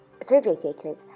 survey-takers